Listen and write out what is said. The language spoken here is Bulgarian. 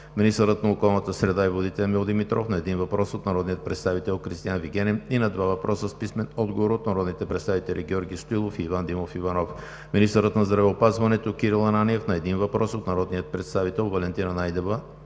министърът на околната среда и водите Емил Димитров – на един въпрос от народния представител Кристиан Вигенин; и на два въпроса с писмен отговор от народните представители Георги Стоилов и Иван Димов Иванов; - министърът на здравеопазването Кирил Ананиев – на един въпрос от народния представител Валентина Найденова;